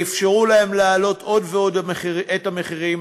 ואפשרו להן להעלות עוד ועוד את המחירים.